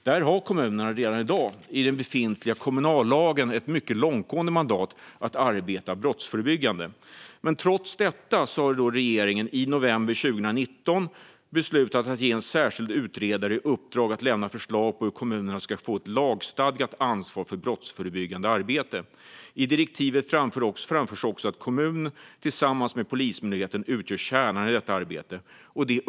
Där har kommunerna redan i dag, enligt den befintliga kommunallagen, ett mycket långtgående mandat att arbeta brottsförebyggande. Trots detta beslutade regeringen i november 2019 att ge en särskilt utredare i uppdrag att lämna förslag på hur kommunerna ska få ett lagstadgat ansvar för brottsförebyggande arbete. I direktivet framförs också att kommunerna tillsammans med Polismyndigheten utgör kärnan i detta arbete.